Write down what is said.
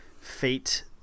fate